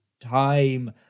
time